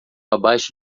abaixo